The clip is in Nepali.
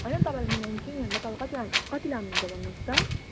होइन तपाईँलाई मिलाइदिन्छु नि अन्त तपाईँ कति ला कति लानुहुन्छ भन्नुहोस् त